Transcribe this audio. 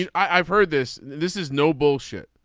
yeah i've heard this. this is no bullshit.